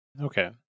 Okay